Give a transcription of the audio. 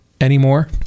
anymore